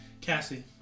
Cassie